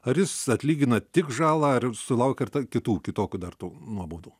ar jis atlygina tik žalą ar ir sulaukia ir kitų kitokių dar tų nuobaudų